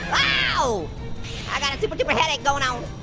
so i got a super duper headache going on.